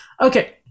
Okay